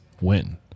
win